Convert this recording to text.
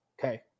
Okay